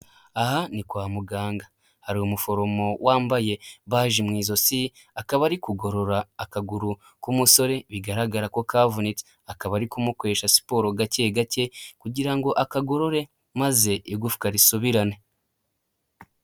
Aha ni kwa muganga hari umuforomo wambaye baje mu ijosi akaba ari kugorora akaguru k'umusore bigaragara ko kavunitse, akaba ari kumukoresha siporo gake gake kugira ngo akagorore maze igufwa risubirane.